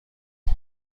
هست